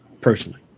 personally